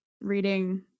reading